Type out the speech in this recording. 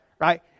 right